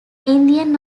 indian